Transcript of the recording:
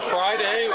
Friday